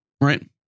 Right